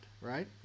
right